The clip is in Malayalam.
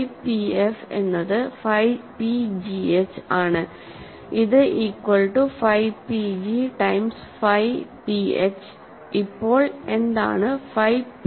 ഫൈ pf എന്നത് ഫൈ pgh ആണ് ഇത് equal to phi pg times phi p h ഇപ്പോൾ എന്താണ് ഫൈ pf